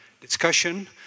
discussion